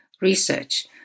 research